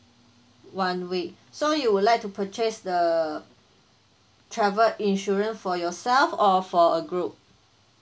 one week so you would like to purchase the travel insurance for yourself or for a group